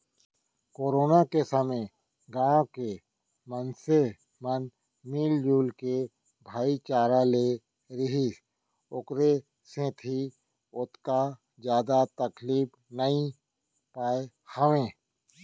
corona के समे गाँव के मनसे मन मिलजुल के भाईचारा ले रिहिस ओखरे सेती ओतका जादा तकलीफ नइ पाय हावय